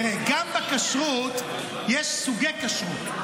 תראה, גם בכשרות יש סוגי כשרות.